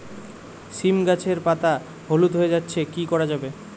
সীম গাছের পাতা হলুদ হয়ে যাচ্ছে কি করা যাবে?